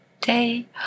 day